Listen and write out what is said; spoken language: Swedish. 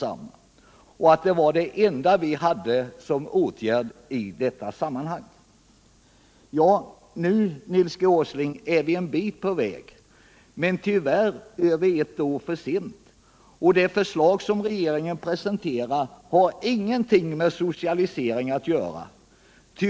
Han sade att det var den enda åtgärd vi hade att föreslå i detta sammanhang. Nu, Nils Åsling, är vi en bit på väg men tyvärr över ett år för sent. Och det förslag som regeringen presenterar har ingenting med socialisering att göra.